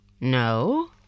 No